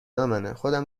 امنهخودم